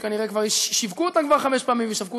שכנראה כבר שיווקו אותן כבר חמש פעמים וישווקו